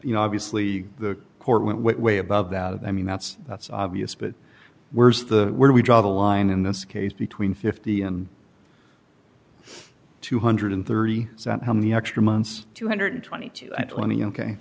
you know obviously the court went way above that i mean that's that's obvious but where's the where do we draw the line in this case between fifty and two hundred and thirty cent how many extra months two hundred and twenty to twenty ok